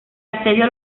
asedio